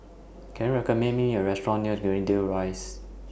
Can YOU recommend Me A Restaurant near Greendale Rise